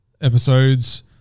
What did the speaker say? episodes